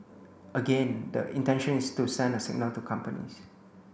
again the intention is to send a signal to companies